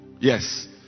Yes